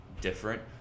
different